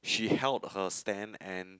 she held her stand and